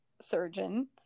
surgeon